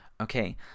Okay